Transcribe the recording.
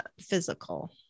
physical